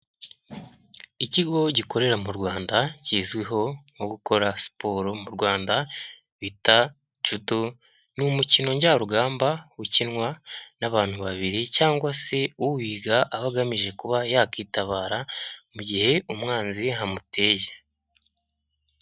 Ikigo gikorera mu Rwanda kizwiho mu gukora siporo mu Rwanda bita judu. Ni umukino njyarugamba ukinwa n'abantu babiri cyangwa se uwiga aho agamije kuba yakitabara mu gihe umwanzi amuteye.